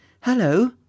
Hello